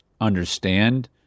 understand